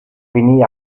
finì